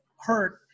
hurt